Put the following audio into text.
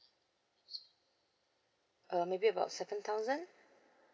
uh maybe about certain thousands